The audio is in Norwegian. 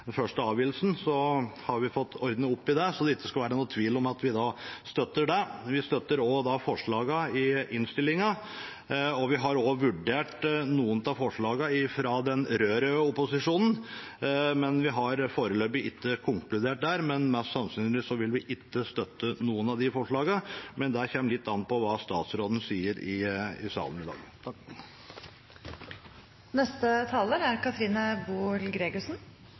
første avgivelsen. Nå har vi fått ordnet opp i det, så det ikke skal være noen tvil om at vi støtter det. Vi støtter også forslagene i innstillingen. Vi har også vurdert noen av forslagene fra den rød-røde opposisjonen, men vi har foreløpig ikke konkludert der. Mest sannsynlig vil vi ikke støtte noen av de forslagene, men det kommer litt an på hva statsråden sier i salen i dag. Det er